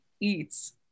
eats